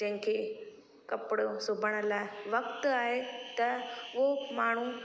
जंहिं खे कपिड़ो सुबण लाइ वक़्तु आहे त उहो माण्हू